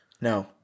No